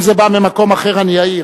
אם זה בא ממקום אחר, אני אעיר.